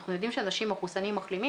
אנחנו יודעים שאנשים מחוסנים/מחלימים,